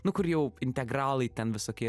nu kur jau integralai ten visokie